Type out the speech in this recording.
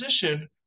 position